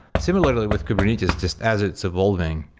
similarly with kubernetes, just as it's evolving,